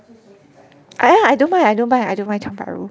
I I don't mind I don't mind Tiong Bahru